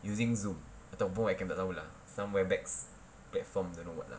using zoom untuk Weibo aku tak tahu lah somewhere bags platform don't know what lah sia